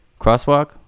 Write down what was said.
Crosswalk